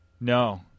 No